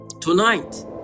tonight